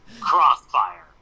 crossfire